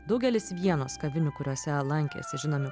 daugelis vienos kavinių kuriose lankėsi žinomi